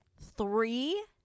Three